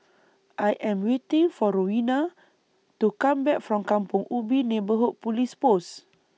I Am waiting For Rowena to Come Back from Kampong Ubi Neighbourhood Police Post